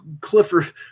Clifford